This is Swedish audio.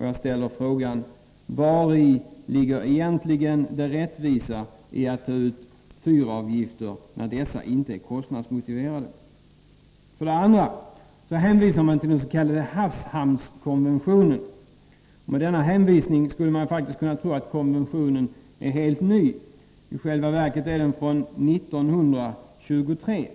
Jag ställer då frågan: Vari ligger egentligen det rättvisa i att ta ut fyravgifter när dessa inte är kostnadsmotiverade? Som skäl nr 2 hänvisar kommunikationsministern till den s.k. havshamnskonventionen. Man skulle därför kunna tro att konventionen är helt ny. I själva verket är den från 1923.